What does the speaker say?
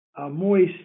moist